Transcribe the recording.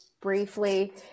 briefly